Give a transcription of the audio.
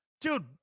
Dude